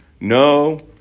No